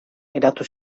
eratu